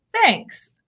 Thanks